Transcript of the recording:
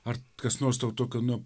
ar kas nors tau tokio nu